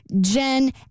Jen